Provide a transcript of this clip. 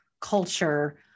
culture